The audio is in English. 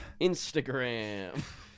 Instagram